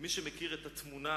מי שמכיר את התמונה